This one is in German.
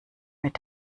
mit